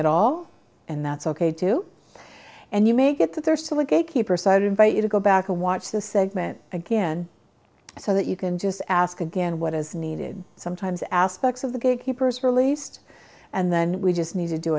at all and that's ok too and you make it that there's still a gatekeeper site invite you to go back and watch the segment again so that you can just ask again what is needed sometimes aspects of the gatekeepers released and then we just need to do